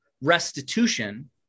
restitution